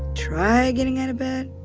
try getting out of bed?